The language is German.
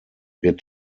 wird